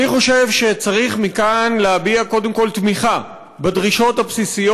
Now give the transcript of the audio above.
אני חושב שצריך מכאן להביע קודם כול תמיכה בדרישות הבסיסיות